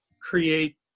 create